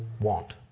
want